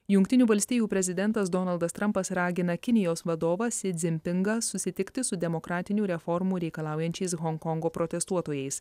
jungtinių valstijų prezidentas donaldas trampas ragina kinijos vadovą si dzinpingą susitikti su demokratinių reformų reikalaujančiais honkongo protestuotojais